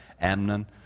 Amnon